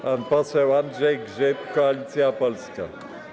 Pan poseł Andrzej Grzyb, Koalicja Polska.